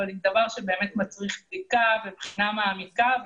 זה דבר שבאמת מצריך בדיקה ובחינה מעמיקה.